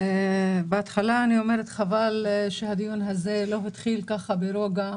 חבל שהדיון הזה לא התחיל ברוגע.